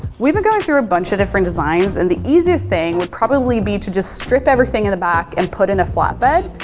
we've been going through a bunch of different designs, and the easiest thing would probably be to just strip everything at the back and put in a flatbed.